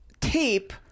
tape